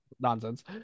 Nonsense